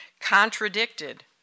contradicted